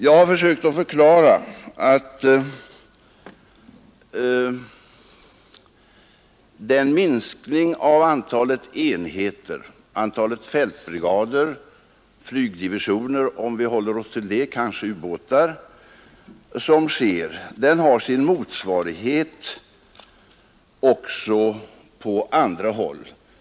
Jag har försökt att förklara att den minskning av antalet enheter, antalet fältbrigader, flygdivisioner och ubåtar, om vi håller oss till det, som sker har sin motsvarighet också på andra håll.